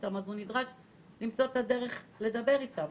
אותם הוא נדרש למצוא את הדרך לדבר אתם.